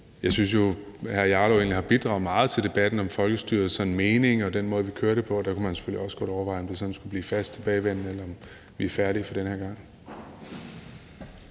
Jeg synes jo egentlig, at hr. Rasmus Jarlov har bidraget meget til debatten om folkestyrets betydning og den måde, vi kører det på, og der kunne man selvfølgelig også godt overveje, om det skal blive et fast tilbagevendende forslag, eller om vi er færdige for den her gang.